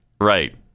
Right